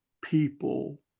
people